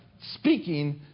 speaking